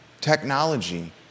technology